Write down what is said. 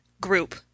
group